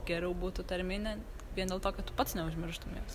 geriau būtų tarminė vien dėl to kad tu pats neužmirštum jos